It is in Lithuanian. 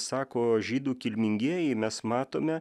sako žydų kilmingieji mes matome